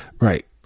Right